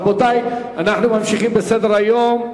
רבותי, אנחנו ממשיכים בסדר-היום.